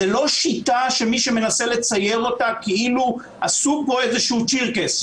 זו לא שיטה שמי שמנסה לצייר אותה כאילו עשו פה איזה "צ'ירקעס",